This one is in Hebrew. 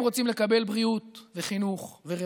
הם רוצים לקבל בריאות, וחינוך, ורווחה,